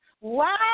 Wow